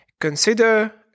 Consider